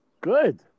Good